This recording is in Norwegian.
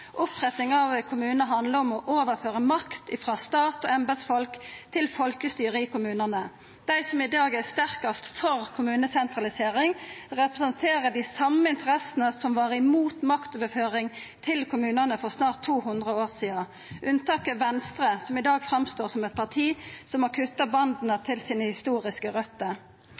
Opprettinga av kommunar handla om å overføra makt frå stat og embetsfolk til folkestyre i kommunane. Dei som i dag er sterkast for kommunesentralisering, representerer dei same interessene som var imot maktoverføring til kommunane for snart 200 år sidan. Unntaket er Venstre, som i dag framstår som eit parti som har kutta banda til sine historiske